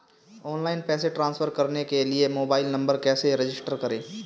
Online पैसे transfer करने के लिए मोबाइल नंबर कैसे रजिस्टर करें?